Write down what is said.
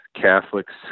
Catholics